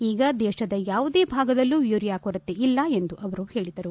ಈಗ ದೇಶದ ಯಾವುದೇ ಭಾಗದಲ್ಲೂ ಯೂರಿಯಾ ಕೊರತೆ ಇಲ್ಲ ಎಂದು ಅವರು ಹೇಳದರು